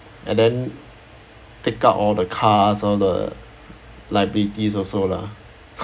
and then take out all the cars all the liabilities also lah